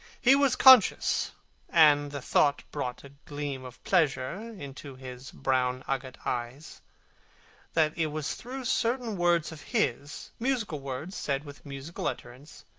he was conscious and the thought brought a gleam of pleasure into his brown agate eyes that it was through certain words of his, musical words said with musical utterance,